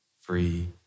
free